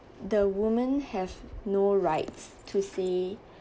the women have no rights to say